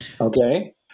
okay